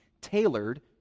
tailored